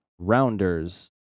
rounders